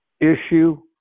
issue